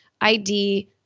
ID